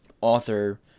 author